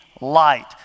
light